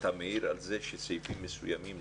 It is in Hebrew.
אתה מעיר על זה שלא גבו סעיפים מסוימים,